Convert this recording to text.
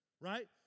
Right